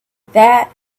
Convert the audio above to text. that